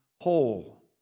whole